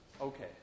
Okay